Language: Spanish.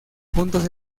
puntos